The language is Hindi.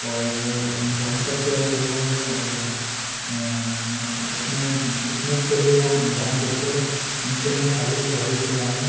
और जहाँ तक वह अपने फिटनेस पर जो ध्यान देते है उनसे मैं काफ़ी प्रभावित हुआ हूँ